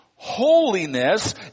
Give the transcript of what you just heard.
Holiness